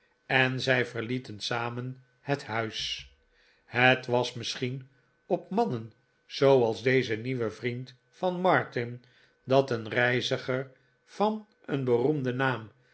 en zij verlieten samen het huis het was misschien op mannen zooals deze nieuwe vriend van martin dat een reiziger van een beroemden naam